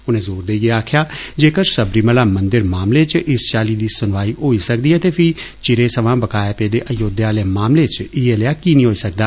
उनै जोर देइये आक्खेआ जेकर सबरीमला मंदिर मामले च इस चाल्ली दे सुनवाई होई सकदी ऐ ते फी चिरे सवां बकाया पेदे अयोध्या आहले मामले च इयै लेया की नेई होई सकदा